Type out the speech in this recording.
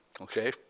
okay